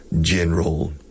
general